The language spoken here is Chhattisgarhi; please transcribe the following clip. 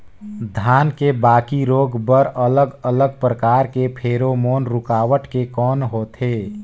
धान के बाकी रोग बर अलग अलग प्रकार के फेरोमोन रूकावट के कौन होथे?